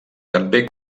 també